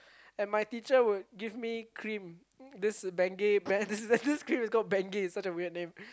and my teacher would give me cream this Bengay brand this cream is called Bengay it's such a weird name